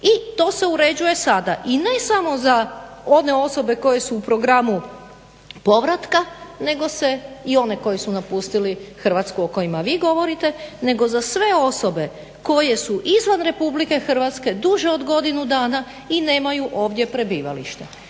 I to se uređuje sada i ne samo za one osobe koje su u programu povratka, nego se i one koji su napustili Hrvatsku o kojima vi govorite, nego za sve osobe koje su izvan RH duže od godinu dana i nemaju ovdje prebivalište.